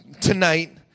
tonight